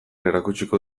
erakutsiko